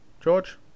George